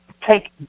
take